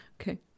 Okay